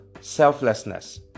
selflessness